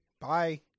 bye